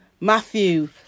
Matthew